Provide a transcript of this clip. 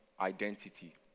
identity